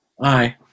Aye